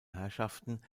herrschaften